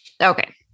Okay